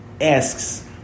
asks